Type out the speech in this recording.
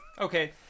Okay